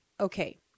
Okay